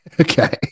Okay